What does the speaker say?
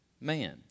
man